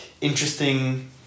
interesting